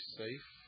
safe